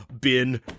bin